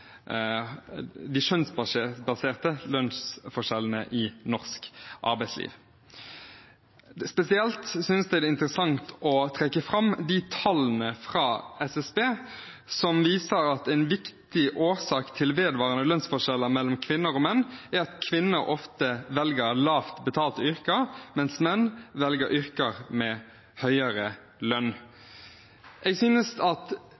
i norsk arbeidsliv. Spesielt synes jeg det er interessant å trekke fram de tallene fra SSB som viser at en viktig årsak til vedvarende lønnsforskjeller mellom kvinner og menn er at kvinner ofte velger lavt betalte yrker, mens menn velger yrker med høyere lønn. Jeg synes at